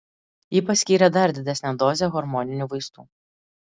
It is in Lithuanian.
ji paskyrė dar didesnę dozę hormoninių vaistų